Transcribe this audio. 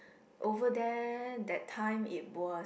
over there that time it was